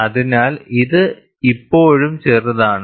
അതിനാൽ ഇത് ഇപ്പോഴും ചെറുതാണ്